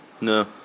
No